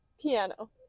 piano